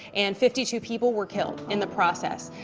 and fifty two people were killed in the process.